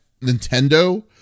Nintendo